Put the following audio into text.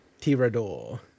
Tirador